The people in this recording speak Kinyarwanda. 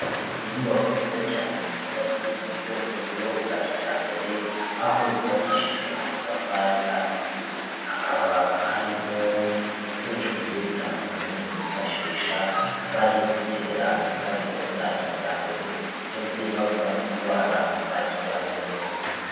Inyubako nziza cyane yubatswe mu buryo bugezweho bwa kijyambere aho yubakishije amatafari ahiye, hakaba harimo ibikoresho bigiye bitandukanye bifashisha bari gutera indabyo za kijyambere ndetse bavura n'indwara za kijyambere.